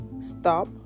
stop